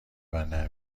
بندر